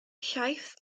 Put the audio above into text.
llaeth